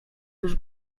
już